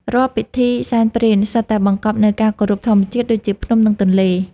រាល់ពិធីសែនព្រេន សុទ្ធតែបង្កប់នូវការគោរពធម្មជាតិ ដូចជាភ្នំ និងទន្លេ។